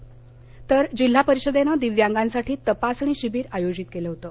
तसंच जिल्हा परिषदेनं दिव्यांगांसाठी तपासणी शिबीर आयोजित केलं होतं